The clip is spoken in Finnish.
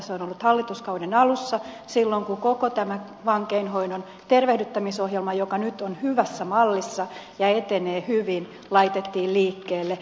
se on ollut hallituskauden alussa silloin kun koko tämä vankeinhoidon tervehdyttämisohjelma joka nyt on hyvässä mallissa ja etenee hyvin laitettiin liikkeelle